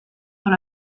dans